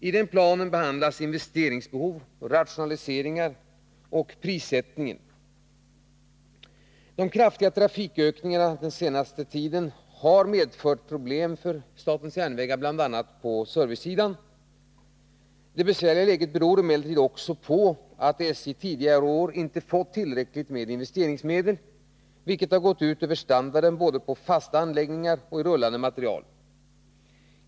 I planen behandlas investeringsbehov, rationaliseringar och prissättningen. De kraftiga trafikökningarna under senare tid har medfört problem för SJ på bl.a. servicesidan. Det besvärliga läget beror emellertid också på att SJ tidigare år inte fått tillräckligt med investeringsmedel, vilket har gått ut över standarden på både fasta anläggningar och rullande materiel.